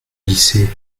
lycée